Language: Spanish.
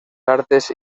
artes